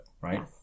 right